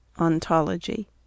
ontology